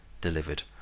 delivered